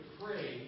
pray